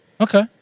Okay